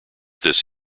this